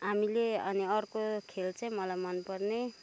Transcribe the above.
हामीले अनि अर्को खेल चाहिँ मलाई मनपर्ने